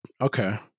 okay